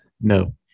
No